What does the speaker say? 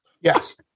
Yes